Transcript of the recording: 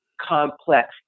complex